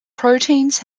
proteins